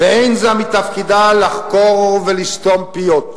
ולא מתפקידה לחקור ולסתום פיות.